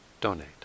donate